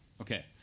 Okay